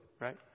Right